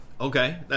Okay